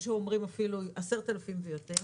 יש אומרים אפילו 10,000 ויותר